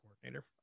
coordinator